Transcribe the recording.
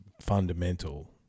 fundamental